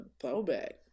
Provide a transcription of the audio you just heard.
throwback